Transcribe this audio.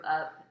up